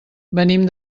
venim